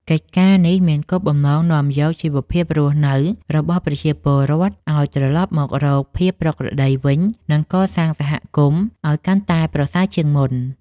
កិច្ចការនេះមានគោលបំណងនាំយកជីវភាពរស់នៅរបស់ប្រជាពលរដ្ឋឱ្យត្រឡប់មករកភាពប្រក្រតីវិញ និងកសាងសហគមន៍ឱ្យកាន់តែប្រសើរជាងមុន។